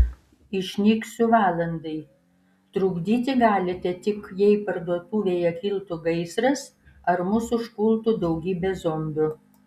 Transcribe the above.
išnyksiu valandai trukdyti galite tik jei parduotuvėje kiltų gaisras ar mus užpultų daugybė zombių